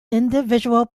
individual